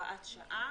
(הוראת שעה)